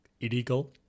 illegal